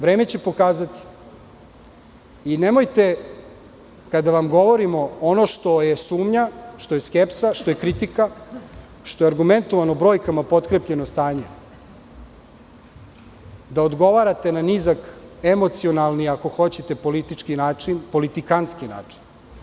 Vreme će pokazati i nemojte da kada vam govorimo ono što je sumnja, što je skepsa, što je kritika, što je argumentovano brojkama, potkrepljeno stanje, da odgovarate na nizak, emocionalni, kako hoćete, politikanski način.